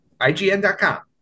IGN.com